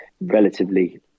relatively